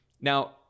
Now